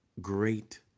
great